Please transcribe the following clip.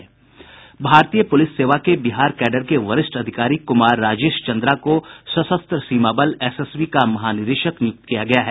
भारतीय पुलिस सेवा के बिहार कैडर के वरिष्ठ अधिकारी कुमार राजेश चन्द्रा को सशस्त्र सीमा बल एसएसबी का महानिदेशक नियुक्त किया गया है